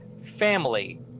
family